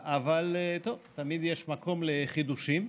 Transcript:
אבל טוב, תמיד יש מקום לחידושים.